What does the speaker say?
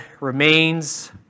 remains